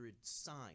sign